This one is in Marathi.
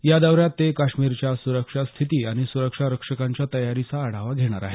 या दौऱ्यात ते काश्मीरच्या सुरक्षा स्थिती आणि सुरक्षा रक्षकांच्या तयारीचा आढावा घेणार आहेत